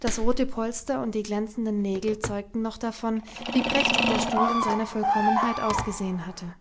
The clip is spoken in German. das rote polster und die glänzenden nägel zeugten noch davon wie prächtig der stuhl in seiner vollkommenheit ausgesehen hatte